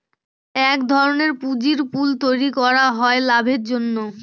এক ধরনের পুঁজির পুল তৈরী করা হয় লাভের জন্য